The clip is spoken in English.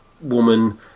woman